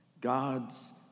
God's